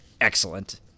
excellent